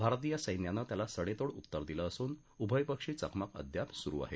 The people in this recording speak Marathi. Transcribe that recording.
भारतीय सैन्यानं त्याला सडेतोड उत्तर दिलं असून उभयपक्षी चकमक अद्याप सुरु आहे